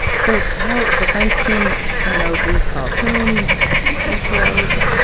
so now the friends team doesn't know who's called whom. they're missing details.